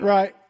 Right